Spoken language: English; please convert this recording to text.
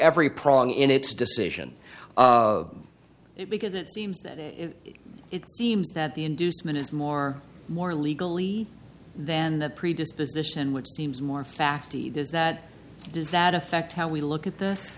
every prong in its decision of it because it seems that it seems that the inducement is more more legally than the predisposition which seems more fathi does that does that affect how we look at this